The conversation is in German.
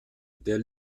der